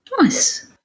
Nice